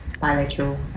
bilateral